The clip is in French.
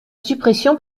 suppression